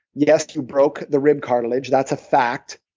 yes, you broke the rib cartilage, that's a fact,